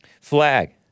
flag